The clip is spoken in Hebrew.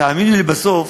תאמינו לי, בסוף,